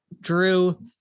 drew